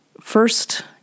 first